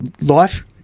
Life